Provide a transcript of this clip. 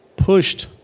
pushed